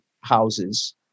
houses